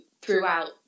throughout